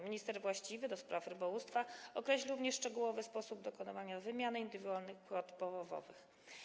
Minister właściwy do spraw rybołówstwa określi również szczegółowy sposób dokonywania wymiany indywidualnych kwot połowowych.